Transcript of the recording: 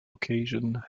occasion